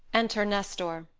enter nestor